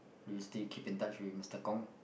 do you still keep in touch with Mister-Kong